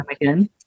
again